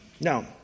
Now